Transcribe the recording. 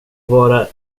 vara